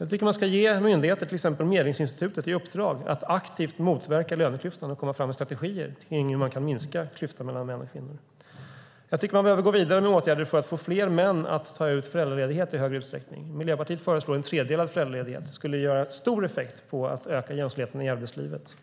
Jag tycker att man ska ge myndigheter, till exempel Medlingsinstitutet, i uppdrag att aktivt motverka löneklyftorna och komma fram med strategier kring hur man kan minska klyftorna mellan män och kvinnor. Vidare tycker jag att man behöver gå vidare med åtgärder för att få fler män att ta ut föräldraledighet i större utsträckning. Miljöpartiet föreslår en tredjedel av föräldraledigheten. Det skulle ge stor effekt för att öka jämställdheten i arbetslivet.